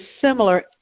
similar